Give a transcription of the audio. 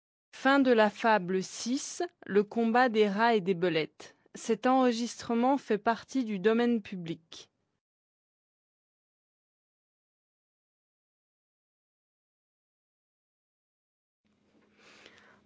vi le combat des rats et des belettes